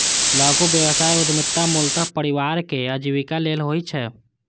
लघु व्यवसाय उद्यमिता मूलतः परिवारक आजीविका लेल होइ छै